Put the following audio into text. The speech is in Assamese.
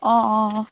অঁ অঁ অঁ